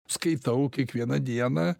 skaitau kiekvieną dieną